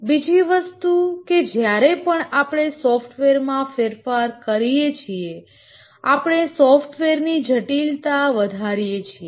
બીજી વસ્તુ કે જ્યારે પણ આપણે સોફ્ટવેરમાં ફેરફાર કરીએ છીએ આપણે સોફ્ટવેરની જટિલતા વધારીએ છીએ